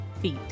feet